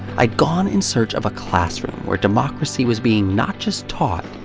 i'd gone in search of a classroom where democracy was being not just taught,